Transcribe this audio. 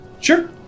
Sure